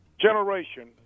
generation